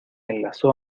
enlazó